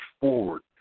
forward